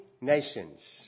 nations